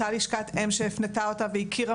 אותה לשכת אם שהפנתה אותה והכירה